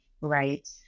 right